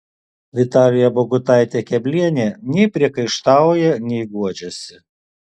vitalija bogutaitė keblienė nei priekaištauja nei guodžiasi